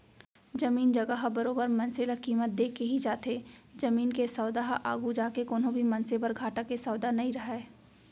जमीन जघा ह बरोबर मनसे ल कीमत देके ही जाथे जमीन के सौदा ह आघू जाके कोनो भी मनसे बर घाटा के सौदा नइ रहय